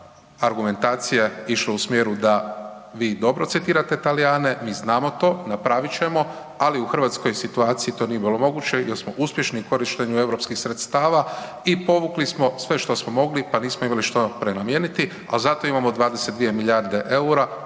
Moja argumentacija je išla u smjeru da vi dobro citirate Talijane, mi znamo to, napravit ćemo, ali u hrvatskoj situaciji to nije bilo moguće jer smo uspješni u korištenju europskih sredstava i povukli smo sve što smo mogli, pa nismo imali što prenamijeniti, al zato imamo 22 milijarde EUR-a,